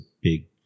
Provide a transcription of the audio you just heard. big